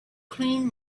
cleaned